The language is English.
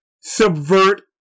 subvert